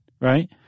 right